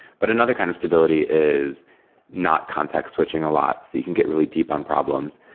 but another kind of stability is not context switching a lot that you can get really deep on problems.